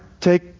take